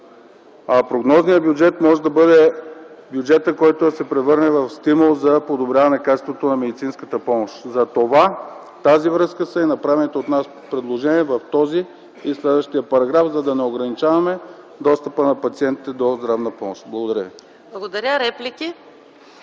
а прогнозният бюджет може да бъде бюджетът, който да се превърна в стимул за подобряване качеството на медицинската помощ, затова и в тази връзка са направени направените от нас предложения в този и в следващия параграф, за да не ограничаваме достъпа на пациентите до здравна помощ. Благодаря